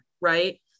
Right